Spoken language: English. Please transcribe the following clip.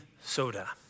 soda